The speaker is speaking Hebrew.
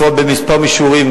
לפעול בכמה מישורים,